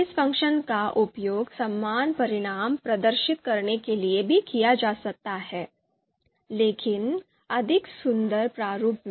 इस फ़ंक्शन का उपयोग समान परिणाम प्रदर्शित करने के लिए भी किया जा सकता है लेकिन अधिक सुंदर प्रारूप में